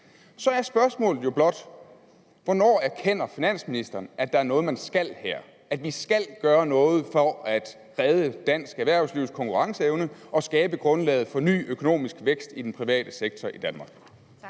Så er spørgsmålet jo blot: Hvornår erkender finansministeren, at der er noget, man skal her – at vi skal gøre noget for at redde dansk erhvervslivs konkurrenceevne og skabe grundlaget for ny økonomisk vækst i den private sektor i Danmark?